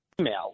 email